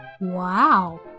wow